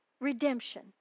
redemption